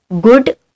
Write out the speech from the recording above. good